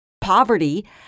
poverty